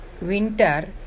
winter